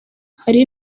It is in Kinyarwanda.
hari